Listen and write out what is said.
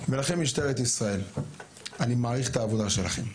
לכם משטרת ישראל, אני מעריך את העבודה שלכם,